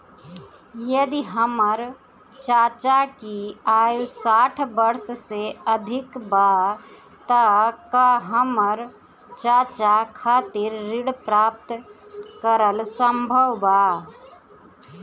यदि हमर चाचा की आयु साठ वर्ष से अधिक बा त का हमर चाचा खातिर ऋण प्राप्त करल संभव बा